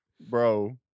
bro